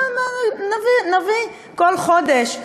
כל חודש,